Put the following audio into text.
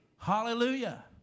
Hallelujah